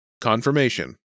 Confirmation